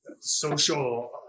social